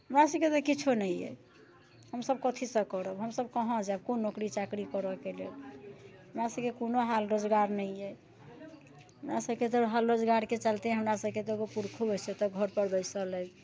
हमरासभके तऽ किछो नहि अइ हमसभ कथीसँ करब हमसभ कहाँ जायब कोन नौकरी चाकरी करयके लेल हमरासभके कोनो हाल रोजगार नहि अइ हमरासभके तऽ हाल रोजगारके चलते हमरासभके तऽ एगो पुरुषो अइ से घरपर बैसल अइ